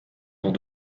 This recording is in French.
dont